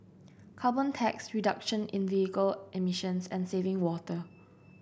carbon tax reduction in vehicle emissions and saving water